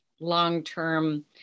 long-term